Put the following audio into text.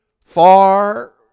far